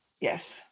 Yes